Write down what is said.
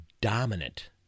dominant